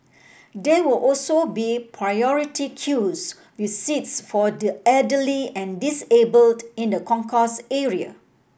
there will also be priority queues with seats for the elderly and disabled in the concourse area